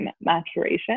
maturation